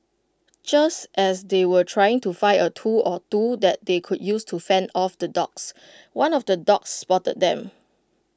just as they were trying to find A tool or two that they could use to fend off the dogs one of the dogs spotted them